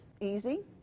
easy